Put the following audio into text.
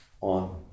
on